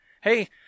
Hey